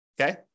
Okay